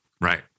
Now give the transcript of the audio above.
Right